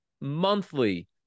monthly